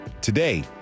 Today